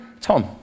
Tom